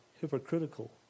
hypocritical